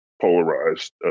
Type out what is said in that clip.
polarized